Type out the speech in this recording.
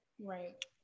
Right